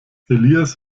elias